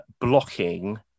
blocking